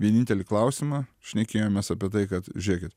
vienintelį klausimą šnekėjomės apie tai kad žiūrėkit